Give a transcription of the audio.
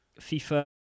FIFA